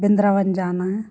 वृन्दावन जाना है